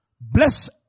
bless